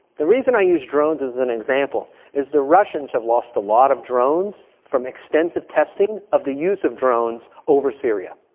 the reason i use drones as an example is the russians have lost a lot of drones from extensive testing of the use of drones over syria.